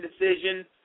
decision